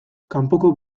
kanpoko